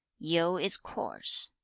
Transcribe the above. yu is coarse.